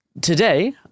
Today